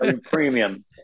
Premium